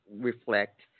reflect